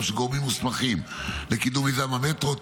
של גורמים מוסמכים לקידום מיזם המטרו,